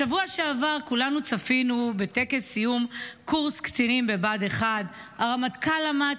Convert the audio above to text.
בשבוע שעבר כולנו צפינו בטקס סיום קורס קצינים בבה"ד 1. הרמטכ"ל עמד